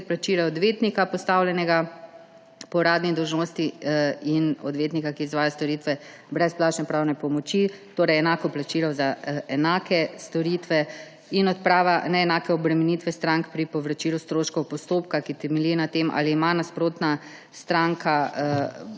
plačila odvetnika, postavljenega po uradni dolžnosti, in odvetnika, ki izvaja storitve brezplačne pravne pomoči, torej enako plačilo za enake storitve; in odprava neenake obremenitve strank pri povračilu stroškov postopka, ki temelji na tem, ali nasprotna stranka uživa